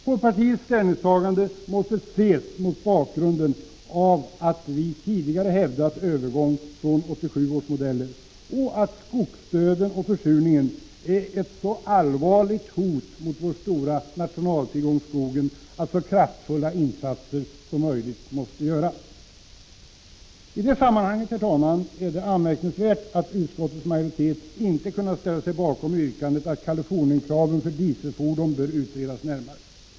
Folkpartiets ställningstagande måste ses mot bakgrunden av att vi tidigare hävdat övergång från 1987 års modeller och att skogsdöden och försurningen är så allvarliga hot mot vår stora nationaltillgång skogen att så kraftfulla insatser som möjligt måste göras. I detta sammanhang är det anmärkningsvärt att utskottets majoritet inte kunnat ställa sig bakom yrkandet att Kalifornienkraven för dieselfordon närmare bör utredas.